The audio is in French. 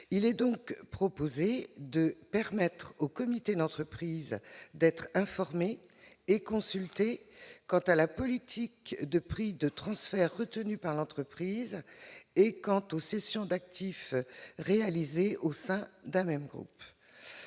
proposons donc de permettre au comité d'entreprise d'être informé et consulté sur la politique de prix de transferts retenue par l'entreprise et sur les cessions d'actifs réalisées au sein d'un même groupe.